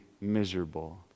miserable